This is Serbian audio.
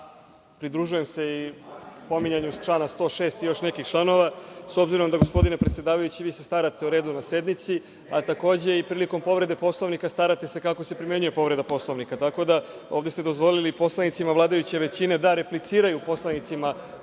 pridružujem se i pominjanju člana 106. i još nekih članova, s obzirom da, gospodine predsedavajući, vi se starate o redu na sednici, a takođe, i prilikom povrede Poslovnika, starate se kako se primenjuje povreda Poslovnika. Tako da, ovde ste dozvolili poslanicima vladajuće većine da repliciraju poslanicima